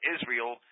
Israel